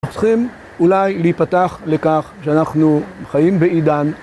אנחנו צריכים אולי להיפתח לכך שאנחנו חיים בעידן